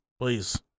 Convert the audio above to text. Please